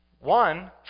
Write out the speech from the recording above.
One